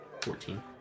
Fourteen